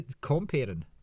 comparing